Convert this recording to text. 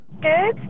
Good